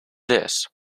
this